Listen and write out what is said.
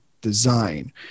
design